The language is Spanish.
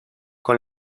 con